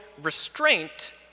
restraint